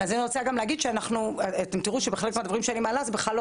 אז אני רוצה להגיד גם שאתם תראו שכל הדברים שאני מעלה זה בכלל לא